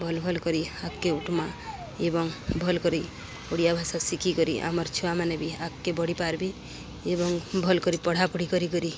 ଭଲ୍ ଭଲ୍ କରି ଆଗକେ ଉଠମା ଏବଂ ଭଲ୍ କରି ଓଡ଼ିଆ ଭାଷା ଶିଖିକରି ଆମର୍ ଛୁଆମାନେ ବି ଆଗକେ ବଢ଼ି ପାରବି ଏବଂ ଭଲ୍ କରି ପଢ଼ାପଢ଼ି କରି କରି